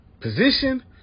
position